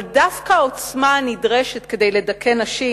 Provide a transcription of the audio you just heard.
אבל דווקא העוצמה הנדרשת כדי לדכא נשים